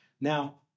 Now